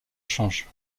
change